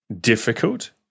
difficult